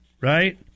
right